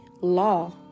law